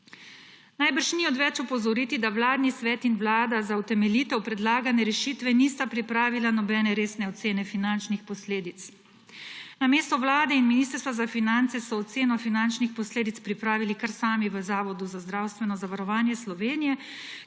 Najbrž ni odveč opozoriti, da vladni svet in Vlada za utemeljitev predlagane rešitve nista pripravila nobene resne ocene finančnih posledic. Namesto Vlade in Ministrstva za finance so oceno finančnih posledic pripravili kar sami v Zavodu za zdravstveno zavarovanje Slovenije,